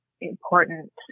important